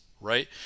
right